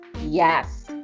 Yes